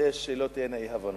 כדי שלא תהיינה אי-הבנות: